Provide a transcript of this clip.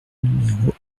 numéro